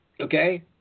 Okay